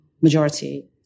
majority